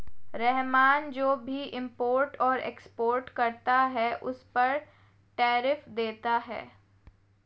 रहमान जो भी इम्पोर्ट और एक्सपोर्ट करता है उस पर टैरिफ देता है